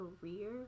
career